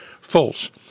false